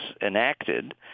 enacted